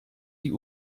die